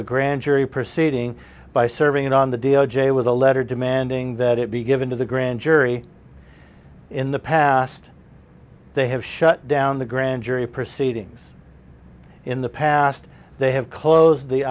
a grand jury proceeding by serving on the d o j with a letter demanding that it be given to the grand jury in the past they have shut down the grand jury proceedings in the past they have closed the